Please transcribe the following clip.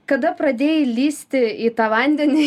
kada pradėjai lįsti į tą vandenį